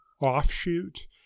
offshoot